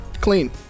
clean